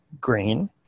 green